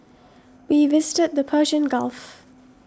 we visited the Persian Gulf